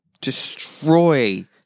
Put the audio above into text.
destroy